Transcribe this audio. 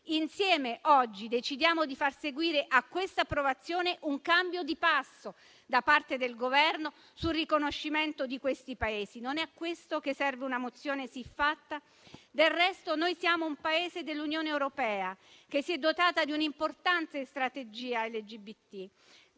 Insieme oggi decidiamo di far seguire a quest'approvazione un cambio di passo da parte del Governo sul riconoscimento di questi Paesi: non è a questo che serve una mozione siffatta? Del resto noi siamo un Paese dell'Unione europea, che si è dotata di un'importante strategia LGBT,